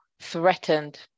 threatened